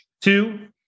Two